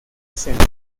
senado